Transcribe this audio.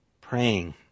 praying